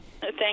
Thank